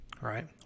Right